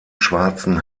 schwarzen